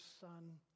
son